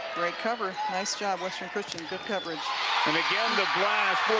great cover nice job, western christian good coverage and again, the